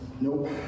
Nope